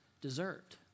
Deserved